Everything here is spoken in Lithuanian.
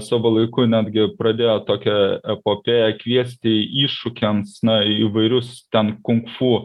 savo laiku netgi pradėjo tokią epopėją kviesti iššūkiams na įvairius ten kung fu